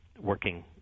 working